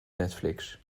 netflix